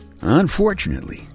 Unfortunately